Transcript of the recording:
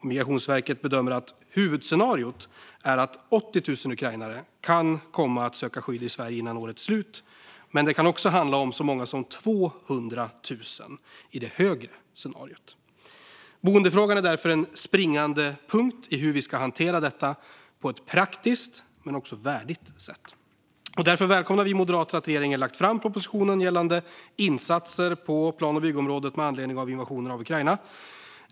Migrationsverket bedömer att huvudscenariot är att 80 000 ukrainare kan komma att söka skydd i Sverige innan året är slut, men det kan också, i det högre scenariot, handla om så många som 200 000. Boendefrågan är därför en springande punkt i hur vi ska kunna hantera detta på ett praktiskt men också värdigt sätt. Därför välkomnar vi moderater att regeringen har lagt fram propositionen gällande insatser på plan och byggområdet med anledning av invasionen av Ukraina.